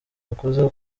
yakoze